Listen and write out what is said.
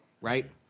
right